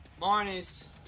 minus